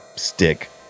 stick